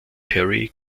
perry